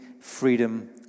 freedom